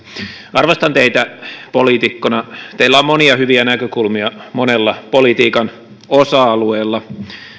arvostan teitä poliitikkona teillä on monia hyviä näkökulmia monella politiikan osa alueella